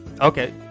Okay